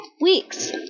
weeks